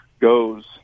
Goes